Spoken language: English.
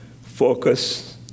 Focus